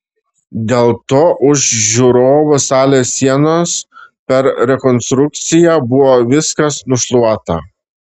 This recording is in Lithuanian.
dėl to už žiūrovų salės sienos per rekonstrukciją buvo viskas nušluota